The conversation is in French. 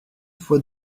fois